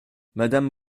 madame